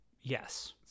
Yes